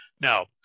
Now